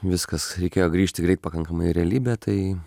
viskas reikėjo grįžti greit pakankamai į realybę tai